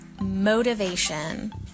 motivation